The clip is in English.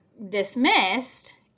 dismissed